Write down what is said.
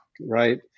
right